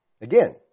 Again